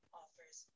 offers